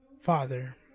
Father